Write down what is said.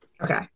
Okay